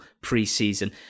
pre-season